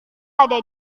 ada